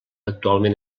actualment